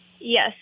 Yes